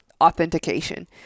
authentication